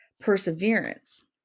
perseverance